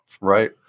Right